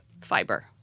Fiber